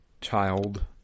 child